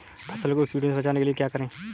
फसल को कीड़ों से बचाने के लिए क्या करें?